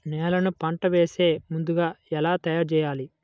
నేలను పంట వేసే ముందుగా ఎలా తయారుచేయాలి?